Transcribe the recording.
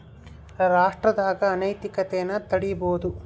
ರಾಷ್ಟ್ರದಾಗ ಅನೈತಿಕತೆನ ತಡೀಬೋದು